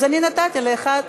אז אני נתתי לאחד.